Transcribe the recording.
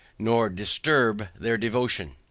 nor disturb their devotion.